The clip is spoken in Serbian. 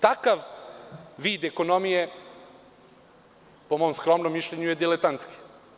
Takav vid ekonomije, po mom skromnom mišljenju, je diletantski.